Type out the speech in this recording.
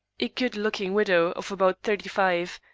a good-looking widow of about thirty-five,